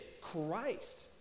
Christ